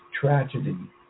tragedy